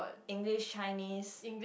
English Chinese